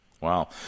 Wow